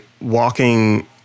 walking